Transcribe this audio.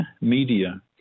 Media